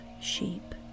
sheep